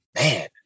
man